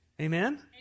Amen